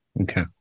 Okay